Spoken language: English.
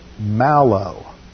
mallow